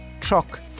truck